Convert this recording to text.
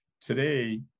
Today